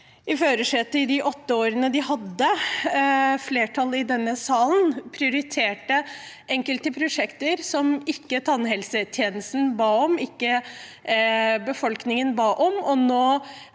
i de åtte årene de hadde et flertall i denne salen, prioriterte de enkelte prosjekter som verken tannhelsetjenesten eller befolkningen ba om.